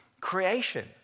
creation